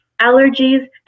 allergies